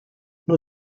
nur